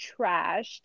trashed